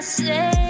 say